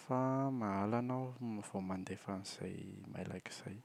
fa mahalana aho no- vao mandefa an’izay mailaka izay.